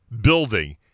building –